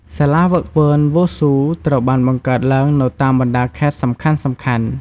សាលាហ្វឹកហ្វឺនវ៉ូស៊ូត្រូវបានបង្កើតឡើងនៅតាមបណ្ដាខេត្តសំខាន់ៗ។